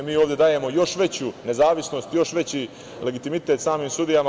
Mi ovde dajemo još veću nezavisnost, još veći legitimitet samim sudijama.